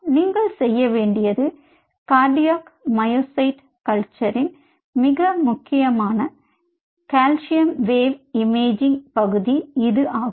நீங்கள் செய்ய வேண்டியது கார்டியாக் மயோசைட் கல்ச்சர்ன் மிக முக்கியமான கால்சியம் வெவ் இமேஜிங் பகுதி இது ஆகும்